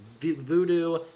voodoo